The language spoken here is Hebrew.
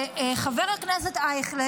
חבר הכנסת אייכלר,